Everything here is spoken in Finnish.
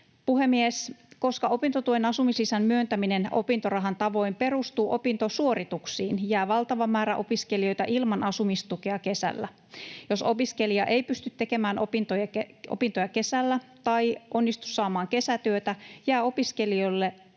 Puhemies! Koska opintotuen asumislisän myöntäminen opintorahan tavoin perustuu opintosuorituksiin, jää valtava määrä opiskelijoita ilman asumistukea kesällä. Jos opiskelija ei pysty tekemään opintoja kesällä tai onnistu saamaan kesätyötä, jää opiskelijalle